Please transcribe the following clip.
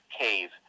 Cave